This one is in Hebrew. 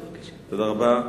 גברתי היושבת-ראש, תודה רבה.